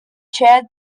chaired